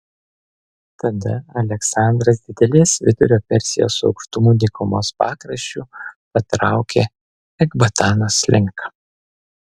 tada aleksandras didelės vidurio persijos aukštumų dykumos pakraščiu patraukė ekbatanos link